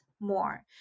more